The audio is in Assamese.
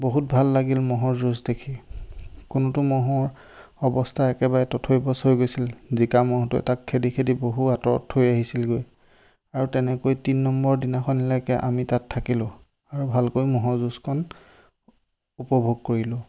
বহুত ভাল লাগিল ম'হৰ যুঁজ দেখি কোনোটো ম'হৰ অৱস্থা একেবাৰে তথৈবচ হৈ গৈছিল জিকা ম'হটোৱে তাক খেদি খেদি বহু আঁতৰত থৈ আহিছিলগৈ আৰু তেনেকৈ তিনি নম্বৰ দিনাখনলৈকে আমি তাত থাকিলোঁ আৰু ভালকৈ ম'হৰ যুঁজখন উপভোগ কৰিলোঁ